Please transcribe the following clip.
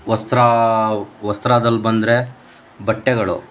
ವಸ್ತ್ರ ವಸ್ತ್ರದಲ್ಲಿ ಬಂದರೆ ಬಟ್ಟೆಗಳು